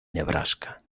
nebraska